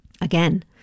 Again